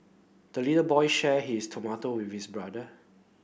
the little boy shared his tomato with his brother